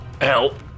Help